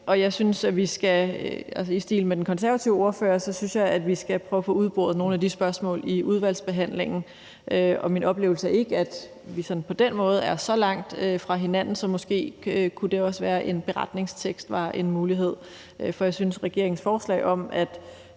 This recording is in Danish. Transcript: og forsinkelser på materiale. I stil med den konservative ordfører synes jeg, at vi skal prøve at få udboret nogle af de spørgsmål i udvalgsbehandlingen. Min oplevelse er ikke, at vi på den måde er så langt fra hinanden, så måske kunne en beretningstekst også være en mulighed. For jeg synes, at regeringens forslag om at